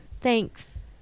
thanks